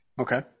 Okay